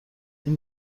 این